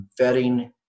vetting